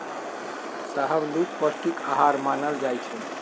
शाहबलूत पौस्टिक अहार मानल जाइ छइ